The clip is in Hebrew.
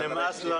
אבל גם